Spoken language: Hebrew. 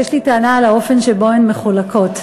יש לי טענה על האופן שבו הם מחולקים: